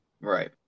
Right